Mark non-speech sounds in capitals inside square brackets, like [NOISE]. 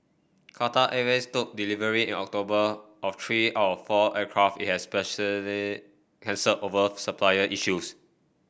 Qatar Airways took delivery in October of three out of four aircraft it had [UNINTELLIGIBLE] cancelled over supplier issues